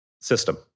System